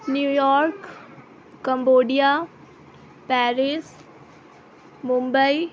new York Cambodia Paris Mumbai